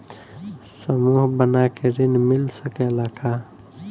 समूह बना के ऋण मिल सकेला का?